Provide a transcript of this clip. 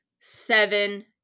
seven